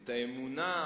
את האמונה,